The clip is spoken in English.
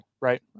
right